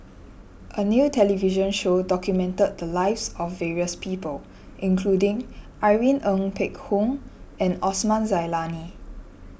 a new television show documented the lives of various people including Irene Ng Phek Hoong and Osman Zailani